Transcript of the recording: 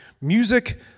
Music